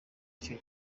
icyo